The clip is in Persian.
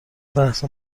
بحث